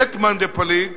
לית מאן דפליג